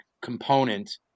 component